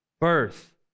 birth